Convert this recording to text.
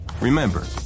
Remember